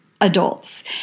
Adults